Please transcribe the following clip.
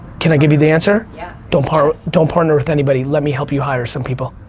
can i give you the answer? yeah don't partner don't partner with anybody, let me help you hire some people.